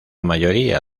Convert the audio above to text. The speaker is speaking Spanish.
mayoría